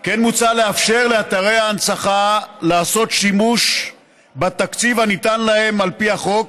כן מוצע לאפשר לאתרי ההנצחה להשתמש בתקציב הניתן להם על פי החוק